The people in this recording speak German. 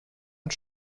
und